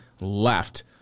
left